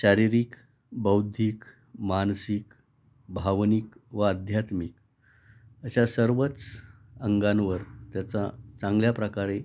शारीरिक बौद्धिक मानसिक भावनिक व आध्यात्मिक अशा सर्वच अंगांवर त्याचा चांगल्या प्रकारे